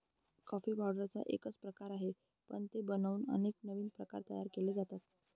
coffee पावडरचा एकच प्रकार आहे, पण ते बनवून अनेक नवीन प्रकार तयार केले जातात